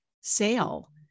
sale